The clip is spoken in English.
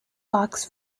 box